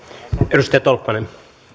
arvoisa puhemies